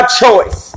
choice